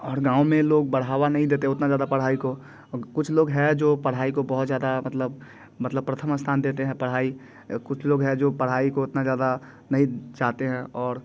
और गाँव में लोग बढ़ावा नहीं देते उतना ज़्यादा पढ़ाई को कुछ लोग है जो पढ़ाई को बहुत ज़्यादा मतलब मतलब प्रथम स्थान देते हैं पढ़ाई कुछ लोग है जो पढ़ाई को उतना ज़्यादा नहीं चाहते हैं और